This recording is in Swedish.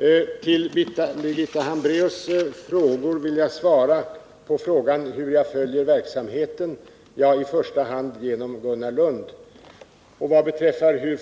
På Birgitta Hambraeus fråga hur jag följer verksamheten vill jag svara att det i första hand sker genom Gunnar Lund.